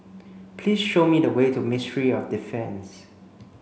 please show me the way to Ministry of Defence